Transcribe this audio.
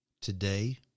Today